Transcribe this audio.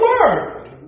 word